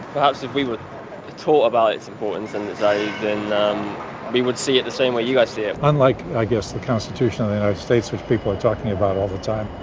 perhaps if we were taught about its importance in the day, then we would see it the same way you guys see it. unlike, i guess, the constitution of the united states, which people are talking about all the time.